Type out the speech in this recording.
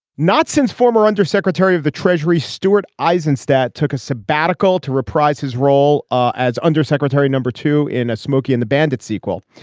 not since former undersecretary of the treasury stuart eizenstat took a sabbatical to reprise his role ah as undersecretary number two in a smokey and the bandit sequel,